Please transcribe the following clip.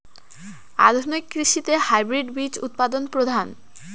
আধুনিক কৃষিতে হাইব্রিড বীজ উৎপাদন প্রধান